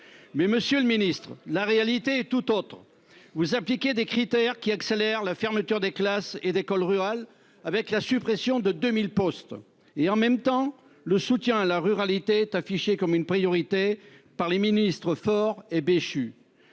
monsieur le ministre, la réalité est tout autre : les critères que vous appliquez accélèrent la fermeture de classes et d'écoles rurales, avec la suppression de 2 000 postes ! En même temps, le soutien à la ruralité est affiché comme une priorité par les ministres Dominique